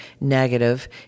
negative